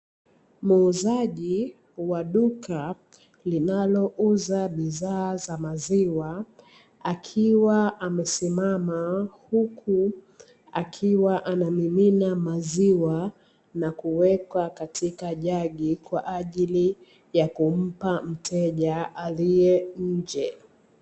Muuzaji wa duka linalouza bidhaa za maziwa akiwa amesimama, huku akiwa anamimina maziwa na kuweka katika jagi kwa ajili ya kumpa mteja aliye nje.